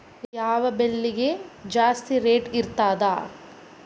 ಯಾವ ಬೆಳಿಗೆ ಜಾಸ್ತಿ ರೇಟ್ ಇರ್ತದ?